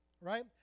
right